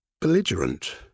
belligerent